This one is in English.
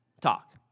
Talk